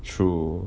true